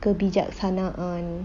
kebijaksanaan